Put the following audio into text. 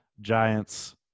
Giants